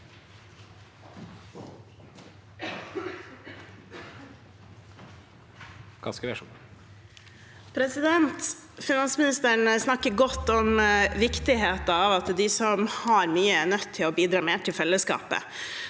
Finansmi- nisteren snakker godt om viktigheten av at de som har mye, er nødt til å bidra mer til fellesskapet.